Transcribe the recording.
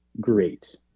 great